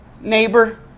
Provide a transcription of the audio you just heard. neighbor